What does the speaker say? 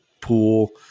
pool